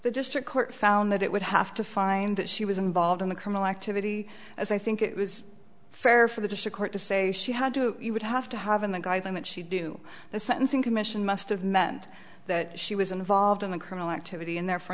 the district court found that it would have to find that she was involved in the criminal activity as i think it was fair for the chicago to say she had to you would have to have an a guideline that she do the sentencing commission must have meant that she was involved in a criminal activity and therefor